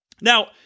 Now